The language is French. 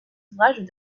ouvrages